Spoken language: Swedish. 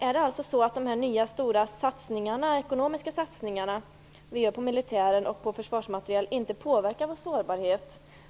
Är det alltså så att de nya ekonomiska satsningar vi gör på militär och försvarsmateriel inte påverkar vår sårbarhet?